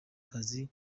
kazi